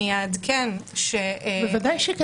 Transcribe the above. אני אעדכן --- ודאי שכן.